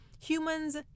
humans